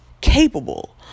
capable